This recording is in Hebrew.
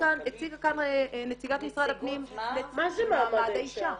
מה זה מעמד האישה?